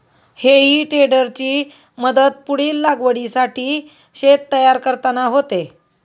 हेई टेडरची मदत पुढील लागवडीसाठी शेत तयार करताना होते